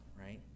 right